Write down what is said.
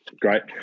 great